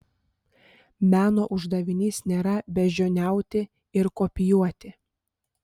meno uždavinys nėra beždžioniauti ir kopijuoti